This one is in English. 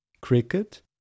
cricket